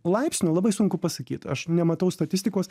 laipsniu labai sunku pasakyt aš nematau statistikos